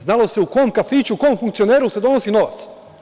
Znalo se u kom kafiću, kom funkcioneru se donosi novac.